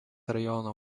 rajono